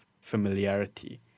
familiarity